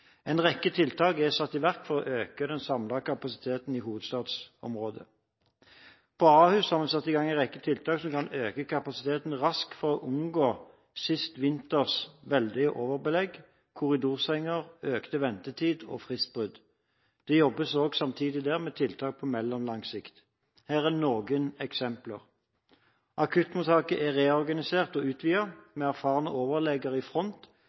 En rekke tiltak er satt i verk for å øke den samlede kapasiteten i hovedstadsområdet. Ved Ahus har man satt i gang en rekke tiltak som kan øke kapasiteten raskt, for å unngå siste vinters veldige overbelegg, korridorsenger, økte ventetider og fristbrudd. Det jobbes samtidig med tiltak på mellomlang sikt. Her er noen eksempler: Akuttmottaket er reorganisert og utvidet, med erfarne overleger i front